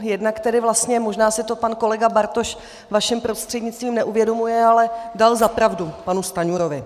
Jednak tedy vlastně, možná si to pan kolega Bartoš, vaším prostřednictvím, neuvědomuje, ale dal za pravdu panu Stanjurovi.